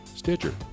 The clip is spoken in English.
Stitcher